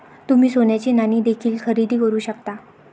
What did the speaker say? तुम्ही सोन्याची नाणी देखील खरेदी करू शकता